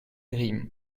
grimm